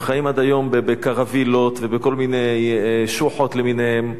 הם חיים עד היום בקרווילות ובכל מיני שוחות למיניהן,